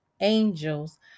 angels